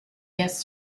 guest